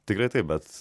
tikrai taip bet